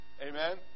Amen